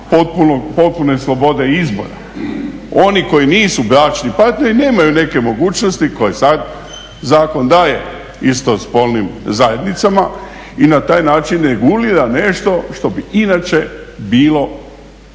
potpune slobode izbora. Oni koji nisu bračni partneri nemaju neke mogućnosti koje zakon sada daje istospolnim zajednicama i na taj način regulira nešto što bi inače bilo